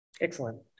Excellent